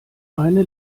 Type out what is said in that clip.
eine